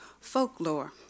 Folklore